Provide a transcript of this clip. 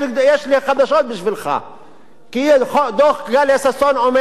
דוח טליה ששון אומר שיש מאחזים לא חוקיים.